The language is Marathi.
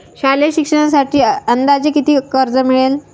शालेय शिक्षणासाठी अंदाजे किती कर्ज मिळेल?